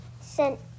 sent